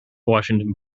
washington